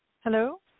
Hello